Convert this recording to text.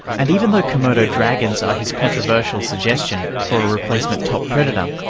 and even though komodo dragons are his controversial suggestion for a replacement top predator,